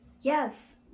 Yes